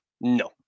No